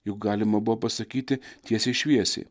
juk galima buvo pasakyti tiesiai šviesiai